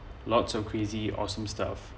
lots of crazy awesome stuff